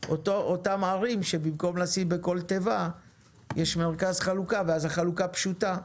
אותן ערים שבהן במקום לשים בכל תיבה יש מרכזי חלוקה ואז החלוקה פשוטה.